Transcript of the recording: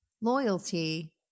loyalty